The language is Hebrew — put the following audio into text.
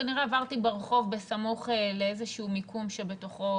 כנראה עברתי ברחוב בסמוך לאיזשהו מיקום שבתוכו